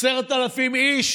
10,000 איש